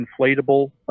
inflatable